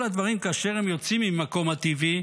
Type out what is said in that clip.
וכל הדברים כאשר הם יוצאים ממקום הטבעי,